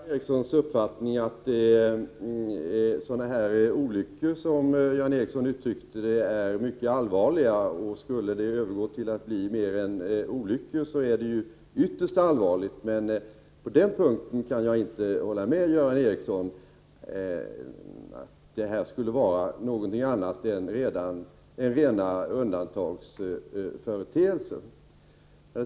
Fru talman! Jag delar Göran Ericssons uppfattning att sådana här olyckshändelser är mycket allvarliga. Och skulle det bli mer än olyckor är det ytterst allvarligt. Men jag kan inte hålla med Göran Ericsson när han säger att det här skulle vara någonting annat än rena undantagsföreteelser.